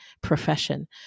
profession